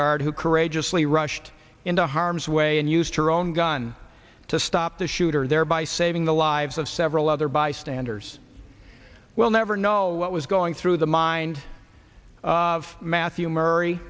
guard who courageously rushed into harm's way and used her own gun to stop the shooter thereby saving the lives of several other bystanders will never know what was going through the mind of matthew m